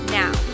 now